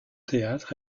théâtre